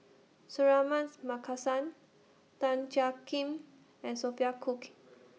Suratman's Markasan Tan Jiak Kim and Sophia Cooke